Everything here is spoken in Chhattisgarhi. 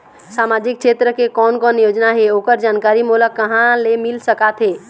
सामाजिक क्षेत्र के कोन कोन योजना हे ओकर जानकारी मोला कहा ले मिल सका थे?